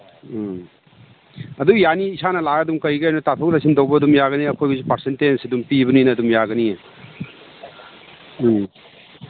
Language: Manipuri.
ꯎꯝ ꯑꯗꯨ ꯌꯥꯅꯤ ꯏꯁꯥꯅ ꯂꯥꯛꯑꯒ ꯀꯩꯀꯩꯅꯣ ꯇꯥꯊꯣꯛ ꯇꯥꯁꯤꯟ ꯇꯧꯕ ꯑꯗꯨꯝ ꯌꯥꯒꯅꯤ ꯑꯩꯈꯣꯏꯒꯤꯁꯨ ꯄꯥꯔꯁꯦꯟꯇꯦꯖ ꯑꯗꯨꯝ ꯄꯤꯕꯅꯤꯅ ꯑꯗꯨꯝ ꯌꯥꯒꯅꯤ ꯎꯝ